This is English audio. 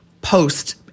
post